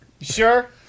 Sure